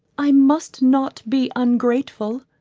i must not be ungrateful,